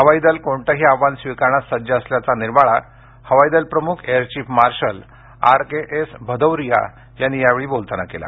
हवाई दल कोणतंही आव्हान स्वीकारण्यास सज्ज असल्याचा निर्वाळा हवाई दल प्रमुख air chief marshal R K S Bhadauria यांनी यावेळी बोलताना दिला